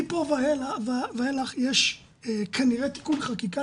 מכאן ואילך יש כנראה תיקון חקיקה,